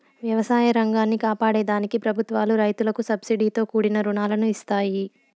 వ్యవసాయ రంగాన్ని కాపాడే దానికి ప్రభుత్వాలు రైతులకు సబ్సీడితో కూడిన రుణాలను ఇస్తాయి